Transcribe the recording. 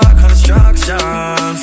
construction